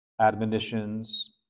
admonitions